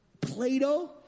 Plato